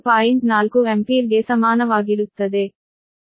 4 Ampere ಗೆ ಸಮಾನವಾಗಿರುತ್ತದೆ